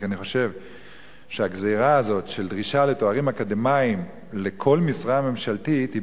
כי אני חושב שהדרישה הזאת לתארים אקדמיים לכל משרה ממשלתית היא